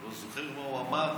אתה לא זוכר מה הוא אמר?